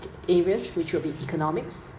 areas which will be economics